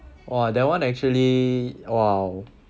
!wah! that [one] actually !wow!